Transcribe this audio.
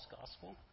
gospel